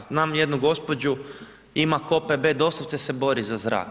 Znam jednu gospođu ima KOPB-e doslovce se bori za zrak.